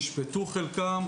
נשפטו חלקם,